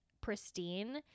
pristine